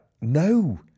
No